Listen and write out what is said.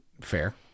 Fair